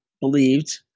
believed